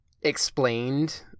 explained